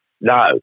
No